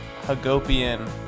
Hagopian